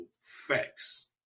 facts